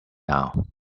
now